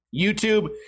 YouTube